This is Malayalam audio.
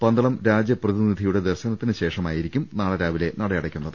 പന്തളം രാജപ്രതിനിധിയുടെ ദർശനത്തിന് ശേഷമായിരിക്കും നാളെ രാവിലെ നട അടയക്കുന്നത്